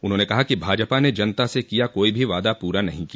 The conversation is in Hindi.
उन्होंने कहा कि भाजपा ने जनता से किया कोई भी वादा पूरा नहीं किया